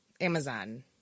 Amazon